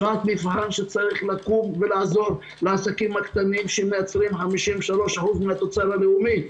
שעת מבחן שצריך לקום ולעזור לעסקים הקטנים שמייצרים 53% מהתוצר הלאומי.